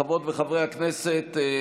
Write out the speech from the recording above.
חברות וחברי הכנסת,